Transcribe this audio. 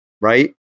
right